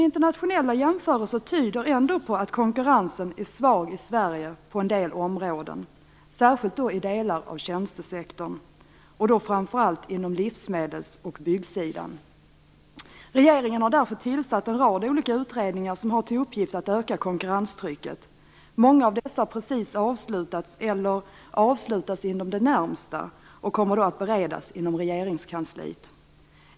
Internationella jämförelser tyder ändå på att konkurrensen är svag i Sverige på en del områden, särskilt i delar av tjänstesektorn och framför allt på livsmedels och byggsidan. Regeringen har därför tillsatt en rad olika utredningar som har till uppgift att öka konkurrenstrycket. Många av dessa har precis avslutats eller avslutas inom den närmaste tiden och kommer då att beredas inom Regeringskansliet.